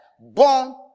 born